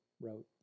wrote